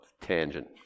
tangent